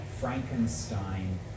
Frankenstein